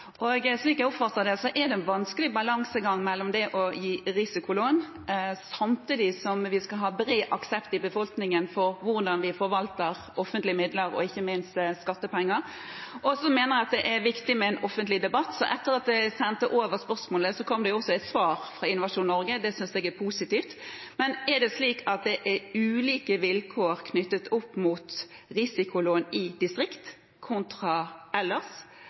Slik jeg oppfatter det, er det en vanskelig balansegang mellom det å gi risikolån og samtidig ha bred aksept i befolkningen for hvordan vi forvalter offentlige midler, ikke minst skattepenger. Jeg mener det er viktig med en offentlig debatt. Etter at jeg sendte over spørsmålet, kom det også et svar fra Innovasjon Norge, det synes jeg er positivt. Er det slik at det er ulike vilkår knyttet til risikolån i distrikter enn ellers?